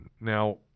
Now